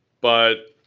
but